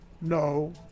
No